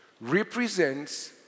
represents